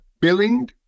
billing